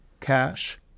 cash